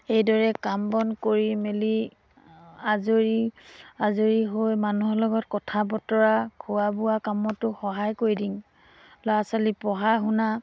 এইদৰে কাম বন কৰি মেলি আজৰি আজৰি হৈ মানুহৰ লগত কথা বতৰা খোৱা বোৱা কামতো সহায় কৰি দিওঁ ল'ৰা ছোৱালী পঢ়া শুনা